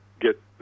get